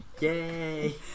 Yay